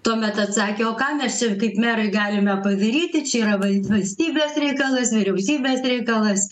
tuomet atsakė o ką mes čia kaip merai galime padaryti čia yra val valstybės reikalas vyriausybės reikalas